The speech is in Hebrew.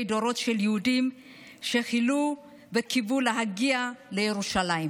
דורות של יהודים שייחלו וקיוו להגיע לירושלים.